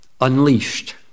unleashed